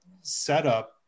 setup